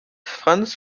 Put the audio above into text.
franz